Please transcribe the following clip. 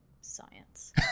science